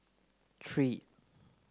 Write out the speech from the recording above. three